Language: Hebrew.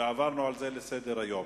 ועברנו על זה לסדר-היום.